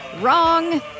Wrong